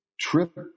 trip